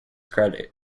credit